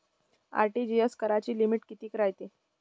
RTGS कराची limit कितीक रायते?